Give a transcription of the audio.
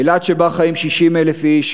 אילת שבה חיים 60,000 איש,